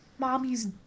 Mommy's